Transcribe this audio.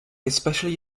especially